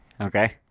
okay